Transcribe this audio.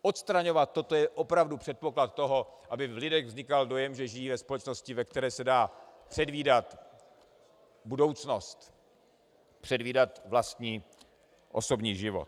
Odstraňovat toto je opravdu předpoklad toho, aby v lidech vznikal dojem, že žijí ve společnosti, ve které se dá předvídat budoucnost, předvídat vlastní osobní život.